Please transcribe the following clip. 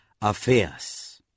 affairs